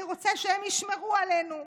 אלא רוצה שהם ישמרו עלינו,